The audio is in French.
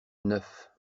neuf